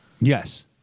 Yes